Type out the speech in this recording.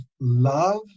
love